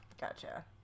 Gotcha